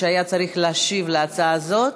שהיה צריך להשיב על ההצעה הזאת,